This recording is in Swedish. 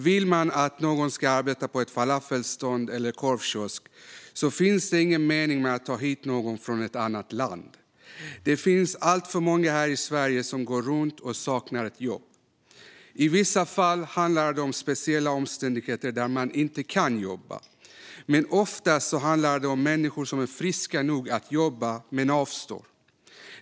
Vill man att någon ska arbeta i ett falafelstånd eller i en korvkiosk finns det ingen mening med att ta hit någon från ett annat land. Det finns alltför många här i Sverige som går runt och saknar ett jobb. I vissa fall handlar det om speciella omständigheter som gör att personen inte kan jobba. Oftast handlar det dock om människor som är friska nog att jobba men som avstår.